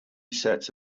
sets